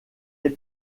est